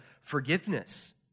forgiveness